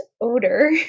odor